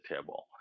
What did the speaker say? table